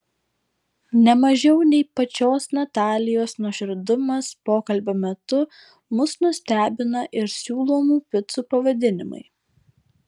ne mažiau nei pačios natalijos nuoširdumas pokalbio metu mus nustebina ir siūlomų picų pavadinimai